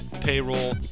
payroll